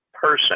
Person